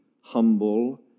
humble